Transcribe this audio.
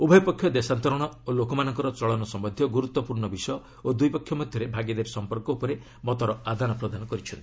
ଉଭୟ ପକ୍ଷ ଦେଶାନ୍ତରଣ ଓ ଲୋକମାନଙ୍କର ଚଳନ ସମ୍ଭନ୍ଧୀୟ ଗୁରୁତ୍ୱପୂର୍ଣ୍ଣ ବିଷୟ ଓ ଦୁଇ ପକ୍ଷ ମଧ୍ୟରେ ଭାଗିଦାରୀ ସମ୍ପର୍କ ଉପରେ ମତର ଆଦାନ ପ୍ରଦାନ କରିଛନ୍ତି